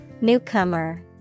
Newcomer